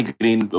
green